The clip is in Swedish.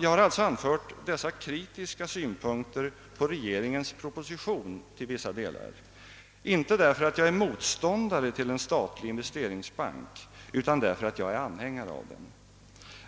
Jag har alltså anfört dessa kritiska synpunkter på regeringens proposition till vissa delar inte därför att jag är motståndare till en statlig investeringsbank, utan därför att jag är anhängare av den.